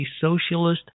socialist